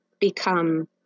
become